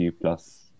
plus